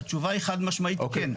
התשובה היא חד משמעית, כן.